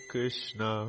Krishna